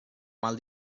mal